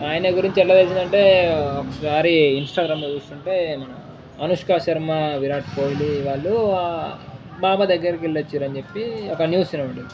ఆయన గురించి ఎలా తెలిసిందంటే ఒకసారి ఇన్స్టాగ్రామ్లో చూస్తుంటే అనుష్కా శర్మ విరాట్ కోహ్లీ వాళ్ళు బాబా దగ్గరికి వెళ్ళి వచ్చారని చెప్పి ఒక న్యూస్ ఉండింది